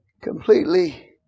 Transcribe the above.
completely